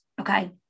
okay